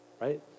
Right